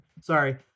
Sorry